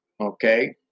Okay